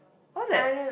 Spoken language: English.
what's that